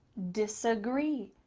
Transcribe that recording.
disagree.